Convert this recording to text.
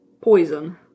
poison